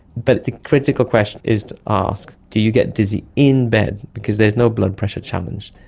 but the critical question is to ask do you get dizzy in bed, because there's no blood pressure challenge,